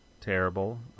terrible